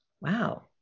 wow